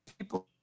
people